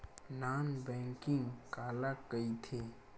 Non banking काला कइथे?